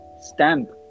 stamp